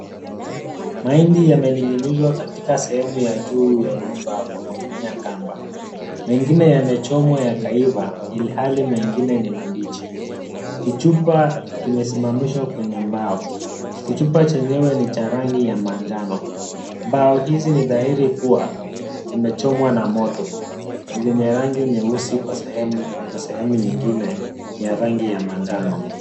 Mahindi yamening'inizwa katika sehemu ya juu ya nyumba kwa kutumia kamba, mengine yamechomwa yakaiva ilhali mengine ni mabichi. Kichupa kimesimamishwa kwenye mbao, kichupa chenyewe ni cha rangi ya manjano. Mbao hizi ni dhahiri kuwa zimechomwa na moto ni zenye rangi nyeusi kwa sehemu nyingine ya rangi ya manjano.